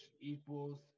equals